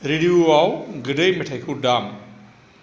रेडिय'आव गोदै मेथाइखौ दाम